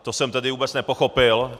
To jsem tedy vůbec nepochopil.